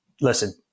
listen